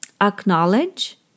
acknowledge